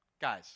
guys